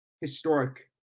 Historic